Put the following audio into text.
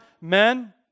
men